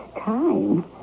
time